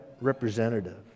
representative